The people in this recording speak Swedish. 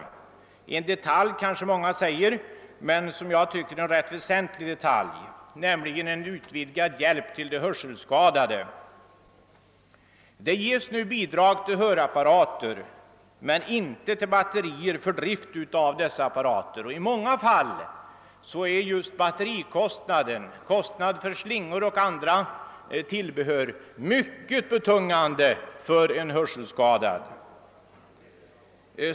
Det gäller en detalj, kanske många säger, men det är enligt min uppfattning en rätt väsentlig detalj, nämligen utvidgad hjälp till de hörselskadade. Bidrag lämnas nu till inköp av hörapparater men inte till batterier för drift av dessa apparater. I många fall är just kostna der för batterier, slingor och andra tillbehör mycket betydande för de hörselskadade.